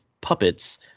puppets